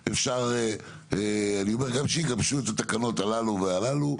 שאפשר, אני אומר, גם שיגבשו את התקנות הללו והללו,